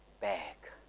Back